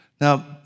Now